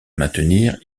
maintenir